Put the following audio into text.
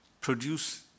produce